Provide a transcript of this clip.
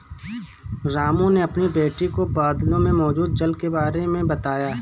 रामू ने अपनी बेटी को बादलों में मौजूद जल के बारे में बताया